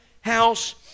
house